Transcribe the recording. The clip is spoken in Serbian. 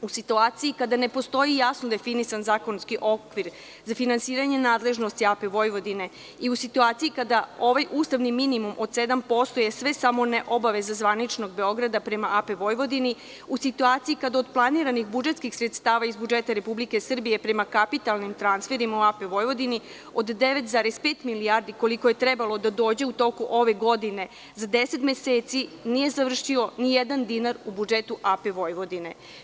U situaciji kada ne postoji jasno definisan zakonski okvir za finansiranje nadležnosti AP Vojvodine i u situaciji kada ovaj ustavni minimum od 7% je sve samo ne obaveza zvaničnog Beograda prema AP Vojvodini, u situaciji kada od planiranih budžetskih sredstava iz budžeta Republike Srbije prema kapitalnim transferima u AP Vojvodini od 9,5 milijardi, koliko je trebalo da dođe u toku ove godine, za deset meseci nije završio nijedan dinar u budžetu u AP Vojvodine.